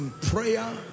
prayer